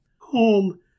home